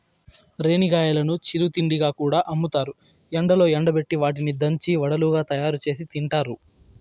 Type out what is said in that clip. రేణిగాయాలను చిరు తిండిగా కూడా అమ్ముతారు, ఎండలో ఎండబెట్టి వాటిని దంచి వడలుగా తయారుచేసి తింటారు